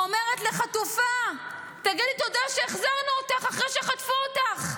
אומרת לחטופה: תגידי תודה שהחזרנו אותך אחרי שחטפו אותך.